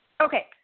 Okay